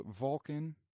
Vulcan